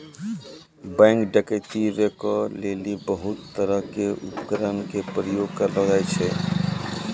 bank डकैती रोकै लेली बहुते तरहो के उपकरण के प्रयोग करलो जाय रहलो छै